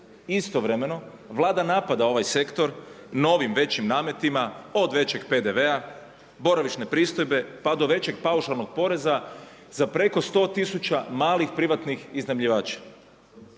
istovremeno Vlada napada ovaj sektor novim većim nametima, od većeg PDV-a, boravišne pristojbe pa do većeg paušalnog poreza za preko sto tisuća malih privatnih iznajmljivača.